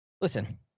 listen